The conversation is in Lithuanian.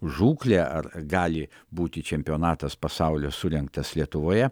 žūklę ar gali būti čempionatas pasaulio surengtas lietuvoje